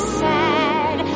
sad